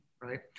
right